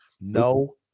No